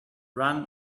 ran